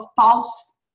false